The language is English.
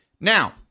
Now